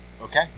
Okay